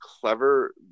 clever